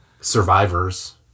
survivors